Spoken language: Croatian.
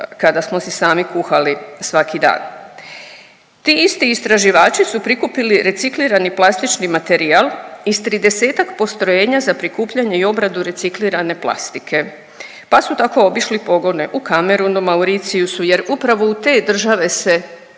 kada smo si sami kuhali svaki dan. Ti isti istraživači su prikupili reciklirani plastični materijal iz 30-ak postrojenja za prikupljanje i obradu reciklirane plastike, pa su tako obišli pogone u Kamerunu, Mauriciusu jer upravo u te države se